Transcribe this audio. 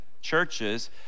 churches